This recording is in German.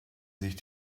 sich